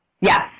Yes